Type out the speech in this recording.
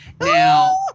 Now